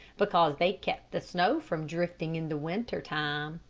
because they kept the snow from drifting in the winter time.